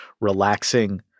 relaxing